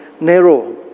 narrow